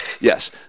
Yes